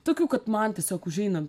tokių kad man tiesiog užeina